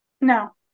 No